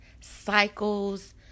cycles